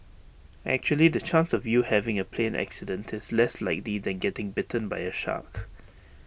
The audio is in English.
actually the chance of you having A plane accident is less likely than getting bitten by A shark